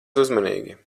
uzmanīgi